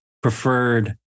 preferred